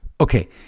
Okay